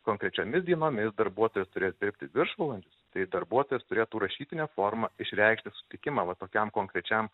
konkrečiomis dienomis darbuotojas turės dirbti viršvalandžius tai darbuotojas turėtų rašytine forma išreikšti sutikimą va tokiam konkrečiam